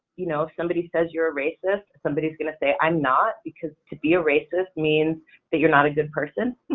you know, if somebody says you're a racist, somebody's going to say i'm not, because to be a racist means that you're not a good person,